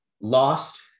lost